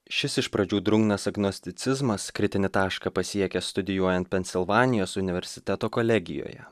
šis iš pradžių drungnas agnosticizmas kritinį tašką pasiekė studijuojan pensilvanijos universiteto kolegijoje